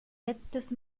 letztes